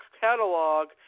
catalog